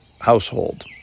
household